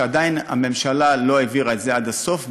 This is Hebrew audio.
שעדיין הממשלה לא העבירה את זה עד הסוף,